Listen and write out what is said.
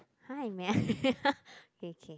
hi may i k k